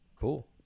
Cool